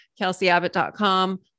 KelseyAbbott.com